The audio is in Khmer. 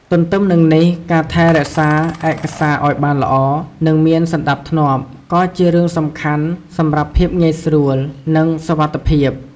ទទ្ទឹមនឹងនេះ ការថែរក្សាឯកសារឲ្យបានល្អ និងមានសណ្ដាប់ធ្នាប់ ក៏ជារឿងសំខាន់សម្រាប់ភាពងាយស្រួល និងសុវត្ថិភាព។